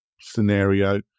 scenario